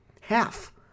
Half